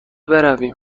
برویم